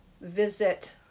visit